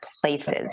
places